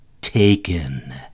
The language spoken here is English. taken